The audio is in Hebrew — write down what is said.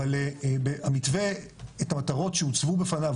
אבל את המטרות שהוצבו בפניו,